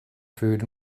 food